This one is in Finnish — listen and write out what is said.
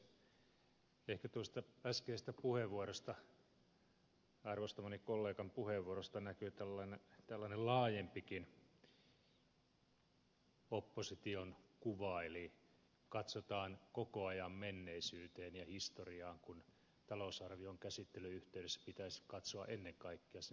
ehkä tuosta äskeisestä puheenvuorosta arvostamani kollegan puheenvuorosta näkyy tällainen laajempikin opposition kuva eli katsotaan koko ajan menneisyyteen ja historiaan kun talousarvion käsittelyn yhteydessä pitäisi katsoa ennen kaikkea sinne pitkälle tulevaisuuteen